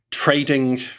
trading